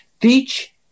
Teach